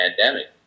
pandemic